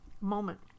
moment